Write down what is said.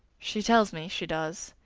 she tells me she does,